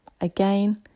Again